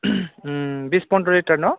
बिस पन्द्र' लिटार न